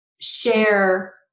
share